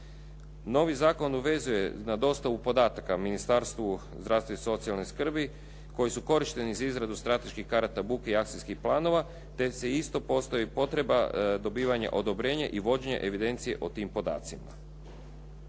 Novi zakon obvezuje na dostavu podataka Ministarstvu zdravstva i socijalne skrbi koji su korišteni za izradu strateških karata buke i akcijskih planova, te se isto postoji potreba dobivanja odobrenja i vođenje evidencije o tim podacima.